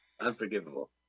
Unforgivable